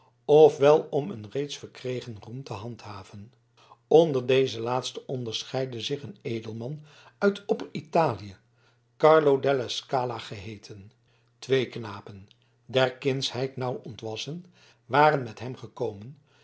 wel om een reeds verkregen roem te handhaven onder deze laatsten onderscheidde zich een edelman uit opper italië carlo della scala geheeten twee knapen der kindsheid nauw ontwassen waren met hem gekomen